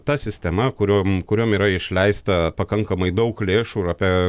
ta sistema kuriom kuriom yra išleista pakankamai daug lėšų ir apie